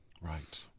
Right